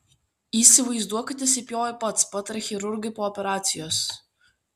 įsivaizduok kad įsipjovei pats pataria chirurgai po operacijos